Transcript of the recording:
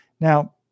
Now